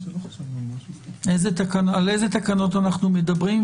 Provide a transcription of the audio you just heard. על איזה תקנות אנחנו מדברים?